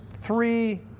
three